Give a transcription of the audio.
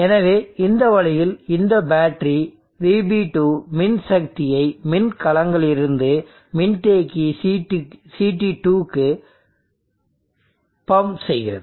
எனவே இந்த வழியில் இந்த பேட்டரி VB2 மின்சக்தியை மின்கலங்களிலிருந்து மின்தேக்கி CT க்கு பம்ப் செய்கிறது